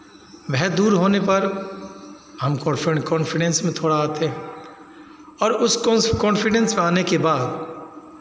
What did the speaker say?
भय दूर होने पर हम काॅन्फेंड काॅन्फिडेंस में थोड़ा आते हैं और उस काॅन्फिडेंस में आने के बाद